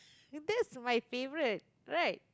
that's my favourite right